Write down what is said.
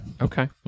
Okay